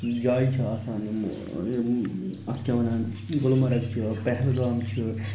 جایہِ چھِ آسان یِمہٕ یِم اَتھ کیٛاہ وَنان گُلمرگ چھِ پہلگام چھِ